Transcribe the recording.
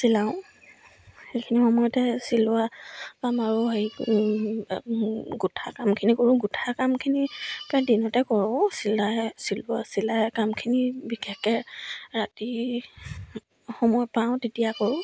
চিলাওঁ সেইখিনি সময়তে চিলোৱা কাম আৰু হেৰি গোঠা কামখিনি কৰোঁ গোঠা কামখিনি প্ৰায় দিনতে কৰোঁ চিলাই চিলোৱা চিলাই কামখিনি বিশেষকৈ ৰাতি সময় পাওঁ তেতিয়া কৰোঁ